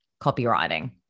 copywriting